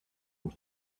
had